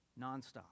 nonstop